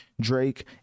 Drake